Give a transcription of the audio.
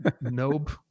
nope